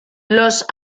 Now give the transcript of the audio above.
los